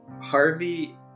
Harvey